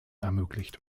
ermöglicht